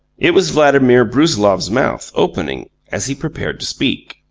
it was vladimir brusiloff's mouth opening, as he prepared to speak.